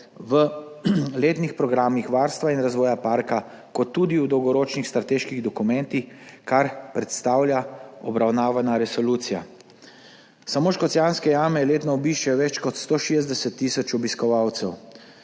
v letnih programih varstva in razvoja parka kot tudi v dolgoročnih strateških dokumentih, kar predstavlja obravnavana resolucija. Samo Škocjanske jame letno obišče več kot 160 tisoč obiskovalcev.